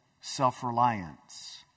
self-reliance